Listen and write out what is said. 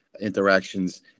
interactions